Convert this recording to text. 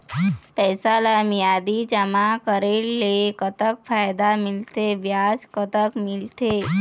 पैसा ला मियादी जमा करेले, कतक फायदा मिलथे, ब्याज कतक मिलथे?